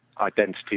identity